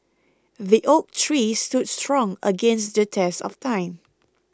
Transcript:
the oak tree stood strong against the test of time